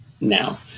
now